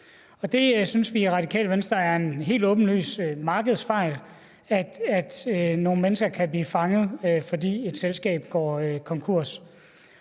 Vi synes i Radikale Venstre, at det er en helt åbenlys markedsfejl, at nogle mennesker kan blive fanget, fordi et selskab går konkurs.